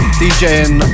djing